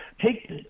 take